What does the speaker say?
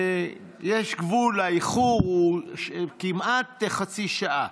יש גבול לאיחור, שהוא כמעט חצי שעה.